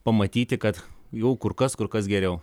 pamatyti kad jau kur kas kur kas geriau